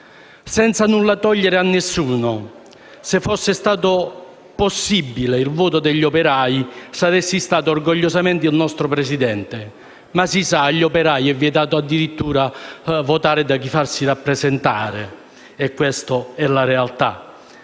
Senza nulla togliere a nessuno, se fosse stato possibile il voto operaio, saresti stato orgogliosamente il nostro presidente. Ma, si sa, agli operai è anche vietato votare i propri rappresentanti, e questa è la realtà.